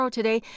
today